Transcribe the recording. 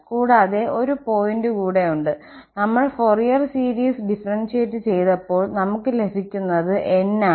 കൂടാതെ ഒരു പോയിന്റ് കൂടെ ഉണ്ട് നമ്മൾ ഫോറിയർ സീരീസ് ഡിഫറന്സിയേറ്റ് ചെയ്തപ്പോൾ നമുക്ക് ലഭിക്കുന്നത് n ആണ്